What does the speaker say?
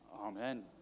Amen